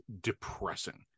depressing